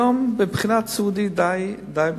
היום מבחינת האשפוז הסיעודי זה די בסדר.